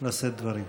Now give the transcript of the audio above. לשאת דברים.